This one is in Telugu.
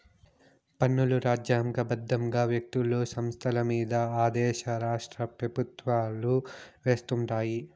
పన్నులు రాజ్యాంగ బద్దంగా వ్యక్తులు, సంస్థలమింద ఆ దేశ రాష్ట్రపెవుత్వాలు వేస్తుండాయి